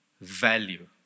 value